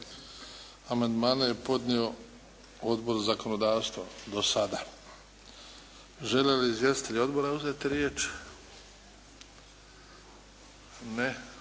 Amandmane je podnio Odbor za zakonodavstvo, do sada. Žele li izvjestitelji Odbora uzeti riječ? Ne.